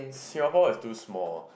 Singapore is too small